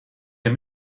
der